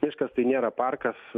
miškas tai nėra parkas